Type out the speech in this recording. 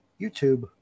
YouTube